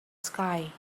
sky